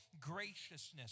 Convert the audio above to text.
graciousness